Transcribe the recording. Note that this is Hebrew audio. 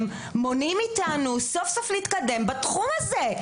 מונעים מאיתנו סוף סוף להתקדם בתחום הזה.